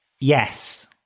Yes